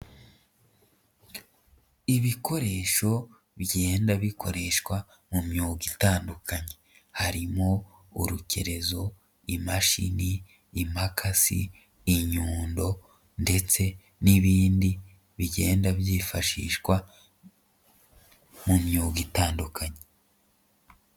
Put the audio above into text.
Ibikoresho bigenda bikoreshwa mu myuga itandukanye harimo urukerezo, imashini, imakasi, inyundo ndetse n'ibindi bigenda byifashishwa mu myuga itandukanye.